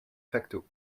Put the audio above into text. facto